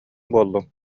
буоллуҥ